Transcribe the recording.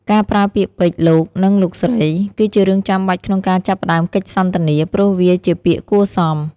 ការប្រើពាក្យពេចន៍ "លោក" និង "លោកស្រី" គឺជារឿងចាំបាច់ក្នុងការចាប់ផ្ដើមកិច្ចសន្ទនា ព្រោះវាជាពាក្យគួរសម។